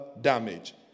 damage